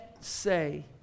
say